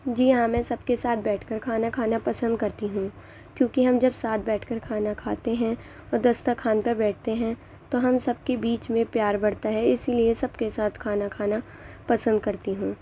جی ہاں میں سب کے ساتھ بیٹھ کر کھانا کھانا پسند کرتی ہوں کیونکہ کہ ہم جب ساتھ بیٹھ کر کھانا کھاتے ہیں دسترخوان پر بیٹھتے ہیں تو ہم سب کے بیچ میں پیار بڑھتا ہے اسی لئے سب کے ساتھ کھانا کھانا پسند کرتی ہوں